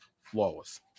flawless